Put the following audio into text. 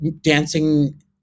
dancing